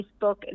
Facebook